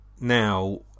now